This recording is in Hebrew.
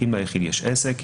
אם ליחיד יש עסק,